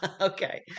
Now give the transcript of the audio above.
okay